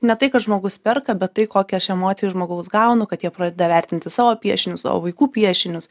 ne tai kad žmogus perka bet tai kokią aš emociją iš žmogaus gaunu kad jie pradeda vertinti savo piešinius savo vaikų piešinius